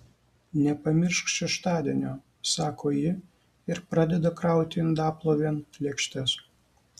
nepamiršk šeštadienio sako ji ir pradeda krauti indaplovėn lėkštes